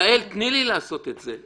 יעל, תני לי לעשות את זה.